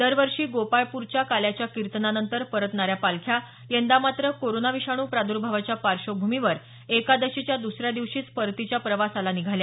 दरवर्षी गोपाळपूरच्या काल्याच्या किर्तनानंतर परतणाऱ्या पालख्या यंदा मात्र कोरोना विषाणू प्रादर्भावाच्या पार्श्वभूमीवर एकादशीच्या दसऱ्या दिवशीच परतीच्या प्रवासाला निघाल्या